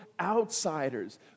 outsiders